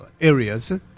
areas